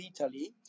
Italy